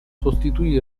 sostituì